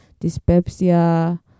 Dyspepsia